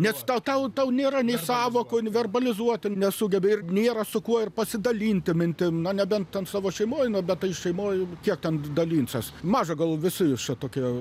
nes tau tau tau nėra nei sąvokų verbalizuoti nesugebi ir nėra su kuo ir pasidalinti mintim na nebent ten savo šeimoj nuo bet tai šeimoj kiek ten dalinsies maža gal visi jūs čia tokie